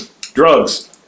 Drugs